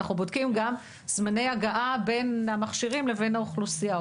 אנחנו בודקים גם זמני הגעה בין המכשירים לבין האוכלוסייה,